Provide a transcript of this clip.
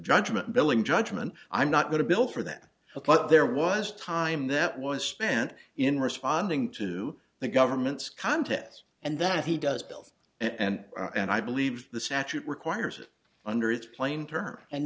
judgment billing judgment i'm not going to bill for that but there was a time that was spent in responding to the government's contests and that he does build and and i believe the statute requires it under its plain terms and